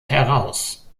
heraus